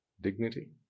Dignity